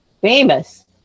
Famous